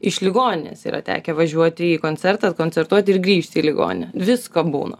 iš ligoninės yra tekę važiuoti į koncertą koncertuot ir grįžti į ligoninę visko būna